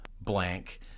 blank